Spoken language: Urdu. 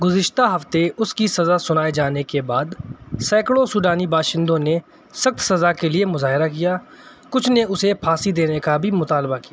گزشتہ ہفتے اس کی سزا سنائے جانے کے بعد سینکڑوں سوڈانی باشندوں نے سخت سزا کے لیے مظاہرہ کیا کچھ نے اسے پھانسی دینے کا بھی مطالبہ کیا